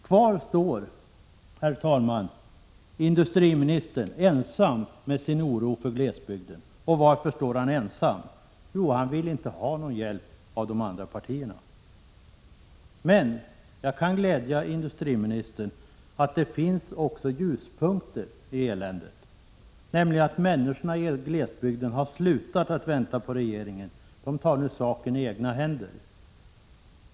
Kvar står, herr talman, industriministern ensam med sin oro för glesbygden. Varför står han ensam? Han vill inte ha någon hjälp från andra partier. Men jag kan glädja industriministern med att det också finns ljuspunkter i eländet. Människorna i glesbygden har slutat att vänta på regeringen. De tar nu saken i egna händer.